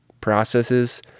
processes